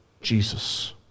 Jesus